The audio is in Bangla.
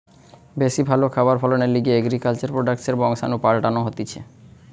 বেশি ভালো খাবার ফলনের লিগে এগ্রিকালচার প্রোডাক্টসের বংশাণু পাল্টানো হতিছে